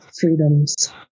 freedom's